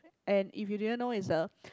and if you didn't know is a